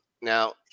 Now